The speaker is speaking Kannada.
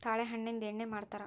ತಾಳೆ ಹಣ್ಣಿಂದ ಎಣ್ಣೆ ಮಾಡ್ತರಾ